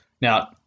Now